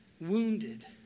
wounded